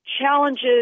challenges